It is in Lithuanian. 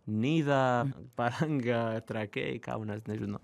nidą palangą trakai kaunas nežinau